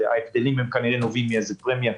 ההבדלים נובעים כנראה מאיזו פרמיה,